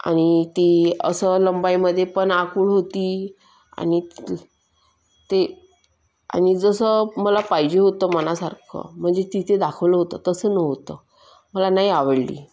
आणि ते असं लंबाईमध्ये पण आखूड होती आणि ते आणि जसं मला पाहिजे होतं मनासारखं म्हणजे तिथे दाखवलं होतं तसं नव्हतं मला नाही आवडली